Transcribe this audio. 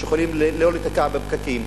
שיכולים לא להיתקע בפקקים,